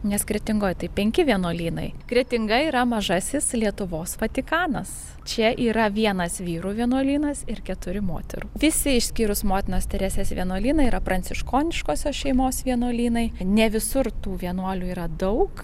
nes kretingoj tai penki vienuolynai kretinga yra mažasis lietuvos vatikanas čia yra vienas vyrų vienuolynas ir keturi moterų visi išskyrus motinos teresės vienuolyną yra pranciškoniškosios šeimos vienuolynai ne visur tų vienuolių yra daug